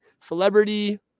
celebrity